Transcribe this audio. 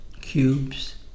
cubes